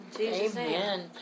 Amen